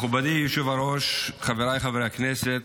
מכובדי יושב הראש, חבריי חברי הכנסת.